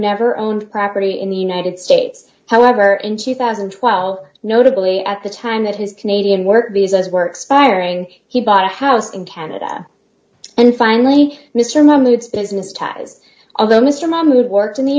never owned property in the united states however in two thousand and twelve notably at the time that his canadian work visas were expiring he bought a house in canada and finally mr mahmoud's business ties although mr mahmood worked in the